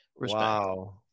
wow